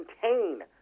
contain